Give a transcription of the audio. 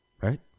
Right